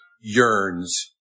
yearns